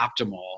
optimal